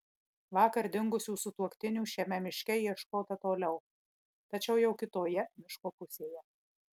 vakar dingusių sutuoktinių šiame miške ieškota toliau tačiau jau kitoje miško pusėje